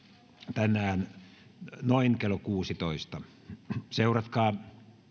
tänään perjantaina noin kello kuusitoista seuratkaa